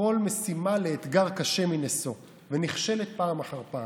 כל משימה לאתגר קשה מנשוא ונכשלת פעם אחר פעם.